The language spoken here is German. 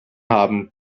haben